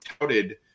touted